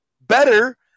better